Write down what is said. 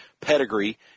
pedigree